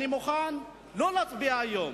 אני מוכן לא להצביע היום,